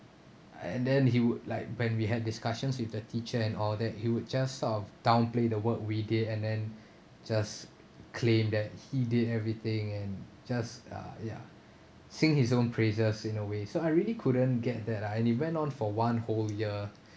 and then he would like when we had discussions with the teacher and all that he would just sort of downplay the work we did and then just claim that he did everything and just uh ya sing his own praises in a way so I really couldn't get that lah and it went on for one whole year